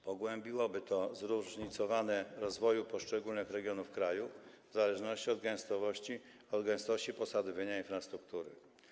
Pogłębiłoby to zróżnicowanie rozwoju poszczególnych regionów kraju w zależności od gęstości posadowienia infrastruktury.